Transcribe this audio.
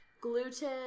gluten